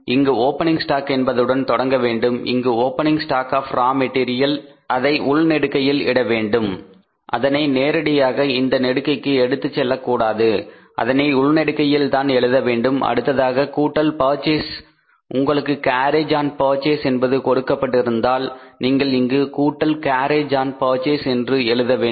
இங்கு opening stock என்பதுடன் தொடங்க வேண்டும் இங்கு opening stock of raw material அதை உள்நெடுக்கையில் இடவேண்டும் அதனை நேரடியாக இந்த நெடுக்கைக்கு எடுத்துச் செல்லக்கூடாது அதனை உள்நெடுக்கையில் தான் எழுத வேண்டும் அடுத்ததாக கூட்டல் பர்ச்சேஸ் உங்களுக்கு கேரியேஜ் ஆண் பர்சேஷஸ் என்பது கொடுக்கப்பட்டிருந்தால் நீங்கள் இங்கு கூட்டல் கேரியேஜ் ஆண் பர்சேஷஸ் என்று எழுத வேண்டும்